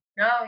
no